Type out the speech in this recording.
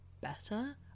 better